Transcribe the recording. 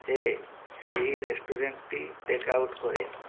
ହେ ସେହି ରେଷ୍ଟୁରେଣ୍ଟ୍ଟି take out କରେ